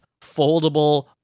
foldable